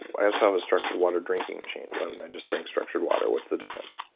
i also have a structured water drinking machine. why don't i just drink structured water? what's the difference?